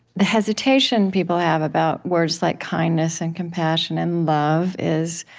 the hesitation people have about words like kindness and compassion and love is